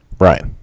right